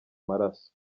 maraso